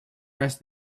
rest